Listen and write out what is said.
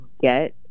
get